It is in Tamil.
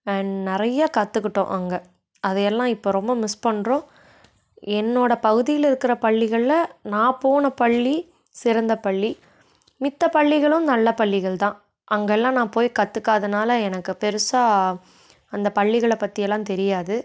அண்ட் நிறைய கற்றுக்கிட்டோம் அங்கே அதை எல்லாம் இப்போ ரொம்ப மிஸ் பண்ணுறோம் என்னோடய பகுதியில் இருக்கிற பள்ளிகளில் நான் போன பள்ளி சிறந்த பள்ளி மத்த பள்ளிகளும் நல்ல பள்ளிகள் தான் அங்கேல்லாம் நான் போய் கத்துக்காததனால எனக்கு பெருசாக அந்த பள்ளிகளை பற்றி எல்லாம் தெரியாது